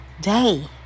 day